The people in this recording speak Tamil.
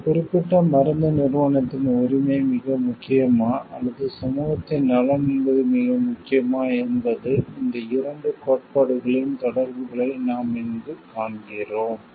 ஒரு குறிப்பிட்ட மருந்து நிறுவனத்தின் உரிமை மிக முக்கியமா அல்லது சமூகத்தின் நலன் என்பது மிக முக்கியமா என்பது இந்த இரண்டு கோட்பாடுகளின் தொடர்புகளை நாம் இங்கு காண்கிறோம்